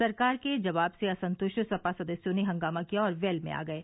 सरकार के जवाब से असंतष्ट सपा सदस्यों ने हंगामा किया और वेल में आ गये